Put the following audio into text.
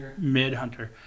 Midhunter